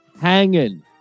Hanging